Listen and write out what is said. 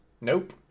Nope